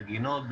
בגינות,